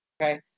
Okay